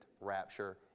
rapture